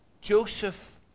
Joseph